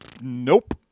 Nope